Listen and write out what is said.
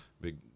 big